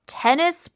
tennis